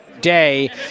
day